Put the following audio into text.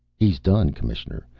he's done, commissioner.